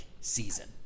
season